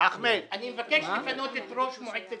--- אני מבקש לפנות את ראש מועצת